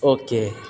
okay